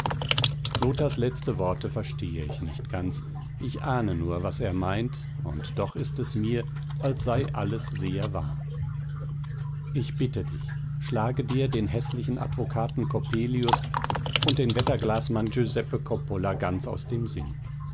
lothars letzte worte verstehe ich nicht ganz ich ahne nur was er meint und doch ist es mir als sei alles sehr wahr ich bitte dich schlage dir den häßlichen advokaten coppelius und den wetterglasmann giuseppe coppola ganz aus dem sinn